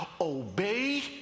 obey